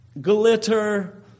glitter